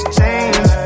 change